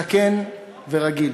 זקן ורגיל.